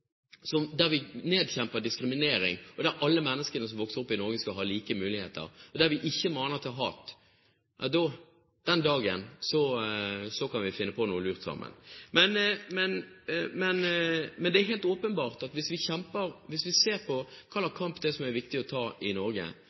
framtid der vi nedkjemper diskriminering og der alle mennesker som vokser opp i Norge, skal ha like muligheter, og der vi ikke maner til hat, den dagen kan vi finne på noe lurt sammen. Men det er helt åpenbart at hvis vi ser på hvilken kamp det er viktig å ta i Norge,